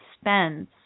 spends